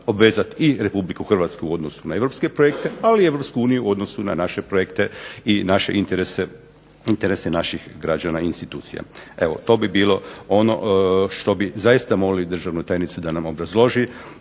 obvezati i Republiku Hrvatsku u odnosu na europske projekte, ali i Europsku uniju u odnosu na naše projekte i naše interese, interese naših građana i institucija. Evo to bi bilo ono što bi zaista molili državnu tajnicu da nam obrazloži,